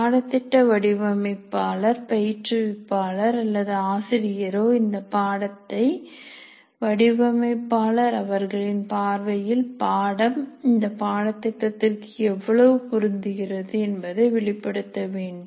பாடத்திட்ட வடிவமைப்பாளர் பயிற்றுவிப்பாளர் அல்லது ஆசிரியரோ இந்த பாடத்தை வடிவமைப்பாளர்கள் அவர்களின் பார்வையில் பாடம் இந்த பாடத் திட்டத்திற்கு எவ்வாறு பொருந்துகிறது என்பதை வெளிப்படுத்த வேண்டும்